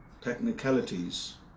technicalities